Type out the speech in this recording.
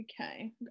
okay